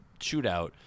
shootout